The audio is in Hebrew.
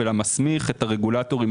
אלא מסמיך את הרגולטורים,